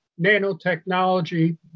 nanotechnology